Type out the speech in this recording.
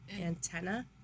antenna